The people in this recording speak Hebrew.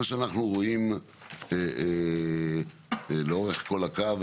מה שאנחנו רואים לאורך כל הקו,